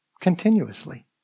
continuously